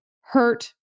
hurt